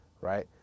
right